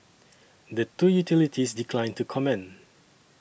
the two utilities declined to comment